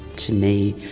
to me,